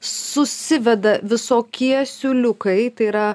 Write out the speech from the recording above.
susiveda visokie siūliukai tai yra